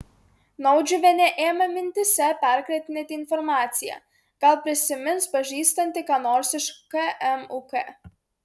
naudžiuvienė ėmė mintyse perkratinėti informaciją gal prisimins pažįstanti ką nors iš kmuk